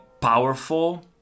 powerful